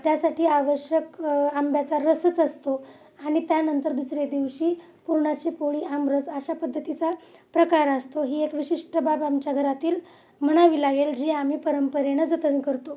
त्यासाठी आवश्यक आंब्याचा रसच असतो आणि त्यानंतर दुसऱ्या दिवशी पुरणाची पोळी आमरस अशा पद्धतीचा प्रकार असतो ही एक विशिष्ट बाब आमच्या घरातील म्हणावी लागेल जी आम्ही परंपरेनं जतन करतो